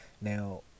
now